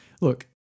look